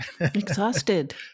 Exhausted